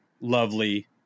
lovely